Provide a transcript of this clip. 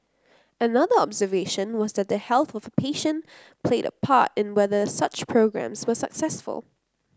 another observation was that the health of a patient played a part in whether such programmes were successful